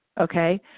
okay